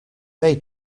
they